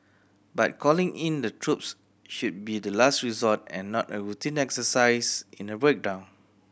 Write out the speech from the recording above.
but calling in the troops should be the last resort and not a routine exercise in a breakdown